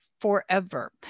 forever